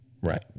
Right